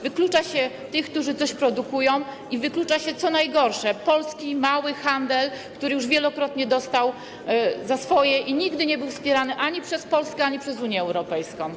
Wyklucza się tych, którzy coś produkują, i wyklucza się, co najgorsze, polski, mały handel, który już wielokrotnie dostał za swoje i nigdy nie był wspierany ani przez Polskę, ani przez Unię Europejską.